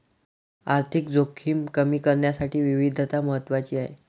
आर्थिक जोखीम कमी करण्यासाठी विविधता महत्वाची आहे